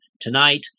tonight